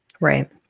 Right